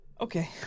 Okay